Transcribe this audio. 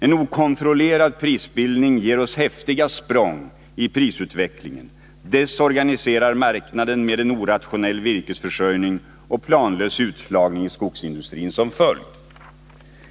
En okontrollerad prisbildning ger oss häftiga språng i prisutvecklingen, desorganiserar marknaden med en orationell virkesförsörjning och planlös utslagning i skogsindustrin som följd.